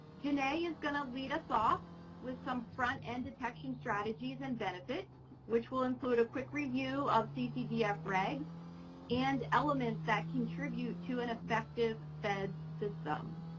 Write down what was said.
you know is going to lead us off with some front-end detection strategies and benefits, which will include a quick review of ccdf regs and elements that contribute to an effective fed system.